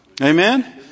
Amen